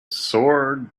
sword